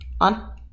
On